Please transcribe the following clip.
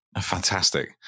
Fantastic